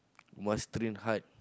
must train hard